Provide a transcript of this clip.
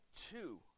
two